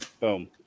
boom